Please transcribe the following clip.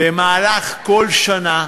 במהלך כל שנה,